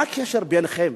מה הקשר ביניכם,